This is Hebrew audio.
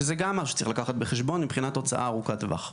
שזה גם משהו שצריך לקחת בחשבון מבחינת הוצאה ארוכת טווח.